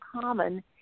common